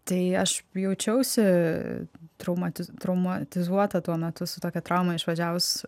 tai aš jaučiausi traumatiz traumatizuota tuo metu su tokia trauma išvažiavus